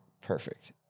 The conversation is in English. Perfect